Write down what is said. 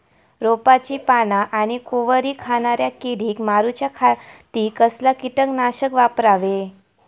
रोपाची पाना आनी कोवरी खाणाऱ्या किडीक मारूच्या खाती कसला किटकनाशक वापरावे?